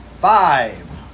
Five